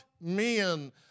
men